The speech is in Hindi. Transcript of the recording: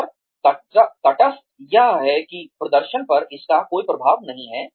और तटस्थ यह है कि प्रदर्शन पर इसका कोई प्रभाव नहीं है